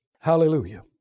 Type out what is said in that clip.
Hallelujah